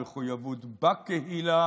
המחויבות בקהילה,